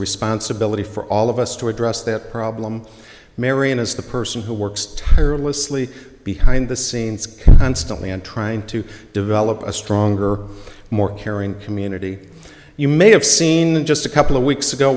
responsibility for all of us to address that problem marion is the person who works tirelessly behind the scenes constantly and trying to develop a stronger more caring community you may have seen in just a couple of weeks ago